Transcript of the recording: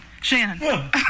Shannon